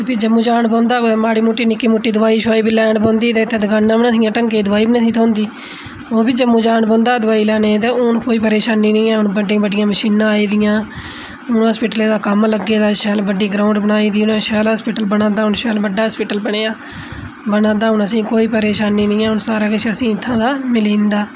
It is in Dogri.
प्ही जम्मू जाना पौंदा माड़ी मुट्टी कोई निक्की मुट्टी दोआई शबाई बी लैनी पौंदी ही भाएं ते इत्थै दकाना बी नेईं हियां ढंगै दियां ओह् बी जम्मू जाना पौंदा हा दबाई लैने लेई हून कोई परेशानी नेईं ऐ हून बड्डियां बड्डियां मशीनां आई दियां हून हास्पिटलै दा कम्म लग्गे दा शैल बड्डी ग्राउंड बनाई देई शैल हास्पिटल बना दा हून शैल बड्डा हास्पिटल बना दा हून असें गी कोई परेशानी नेईं है हून सारा किश इत्थुं दा मिली जंदा